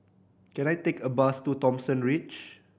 can I take a bus to Thomson Ridge